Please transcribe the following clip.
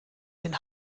den